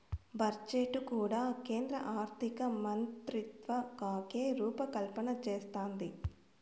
budget కూడా కేంద్ర ఆర్థికమంత్రిత్వకాకే రూపకల్పన చేస్తందాది